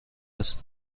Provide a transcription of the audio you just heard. است